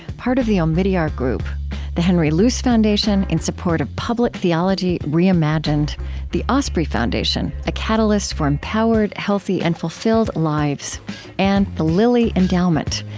part of the omidyar group the henry luce foundation, in support of public theology reimagined the osprey foundation a catalyst for empowered, healthy, and fulfilled lives and the lilly endowment,